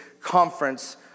conference